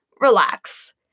relax